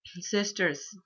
sisters